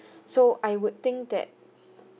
so I would think that